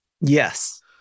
Yes